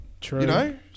True